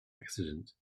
accident